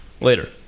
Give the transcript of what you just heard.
Later